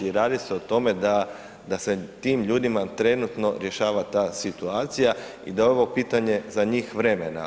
Radi se o tome da, da se tim ljudima trenutno rješava ta situacija i da je ovo pitanje za njih vremena.